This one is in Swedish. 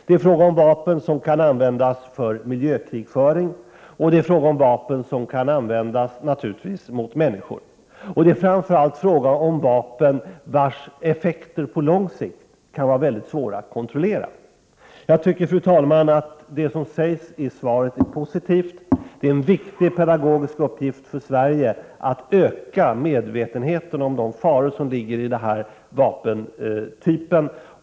Det är fråga om vapen som kan användas för miljökrigföring, och det är fråga om vapen som naturligtvis kan användas mot människor. Och det är framför allt fråga om vapen vilkas effekter på lång sikt kan vara mycket svåra att kontrollera. Fru talman! Jag tycker att det som sägs i svaret är positivt. Det är en viktig pedagogisk uppgift för Sverige att öka medvetenheten om de faror som denna vapentyp innebär.